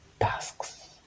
tasks